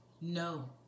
no